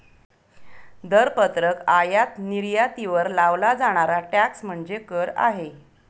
दरपत्रक आयात निर्यातीवर लावला जाणारा टॅक्स म्हणजे कर आहे